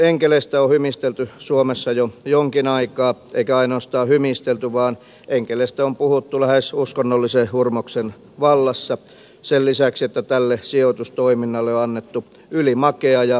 bisnesenkeleistä on hymistelty suomessa jo jonkin aikaa eikä ainoastaan hymistelty vaan enkeleistä on puhuttu lähes uskonnollisen hurmoksen vallassa sen lisäksi että tälle sijoitustoiminnalle on annettu ylimakea ja sokerikuorrutettu nimi